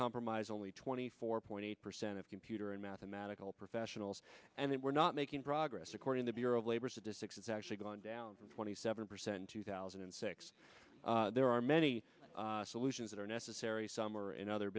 compromise only twenty four point eight percent of computer and mathematical professionals and they were not making progress according to bureau of labor statistics it's actually gone down from twenty seven percent two thousand and six there are many solutions that are necessary some are in other